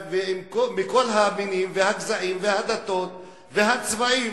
מכל המינים והגזעים והדתות והצבעים,